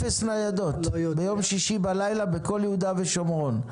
אפס ניידות בשישי בלילה בכל יהודה ושומרון,